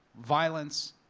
violence,